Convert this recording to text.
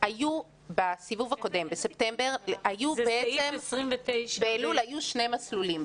בסיבוב הקודם, בספטמבר, באלול, היו שני מסלולים.